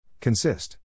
Consist